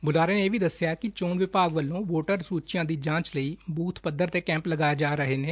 ਬੁਲਾਰੇ ਨੇ ਦੱਸਿਆ ਕਿ ਚੋਣ ਵਿਭਾਗ ਵਲੋਂ ਵੋਟਰ ਸੁਚੀਆਂ ਦੀ ਜਾਂਚ ਲਈ ਬੁਥ ਪੱਧਰ ਤੇ ਕੈਂਪ ਲਗਾਏ ਜਾ ਰਹੇ ਨੇ